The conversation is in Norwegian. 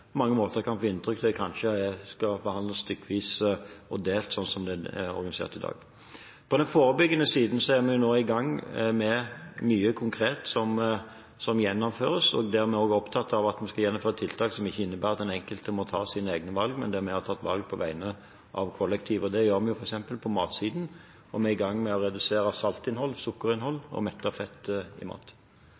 mange måter kan få inntrykk av at mennesker skal behandles stykkevis og delt. På den forebyggende siden er vi nå i gang med å gjennomføre mye konkret, der vi også er opptatt av at vi skal gjennomføre tiltak som ikke innebærer at den enkelte må ta sine egne valg, men der vi har tatt valg på vegne av det kollektive. Det gjør vi f.eks. på matsiden, der vi er i gang med å redusere innholdet av salt, sukker og mettet fett i mat.